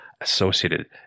associated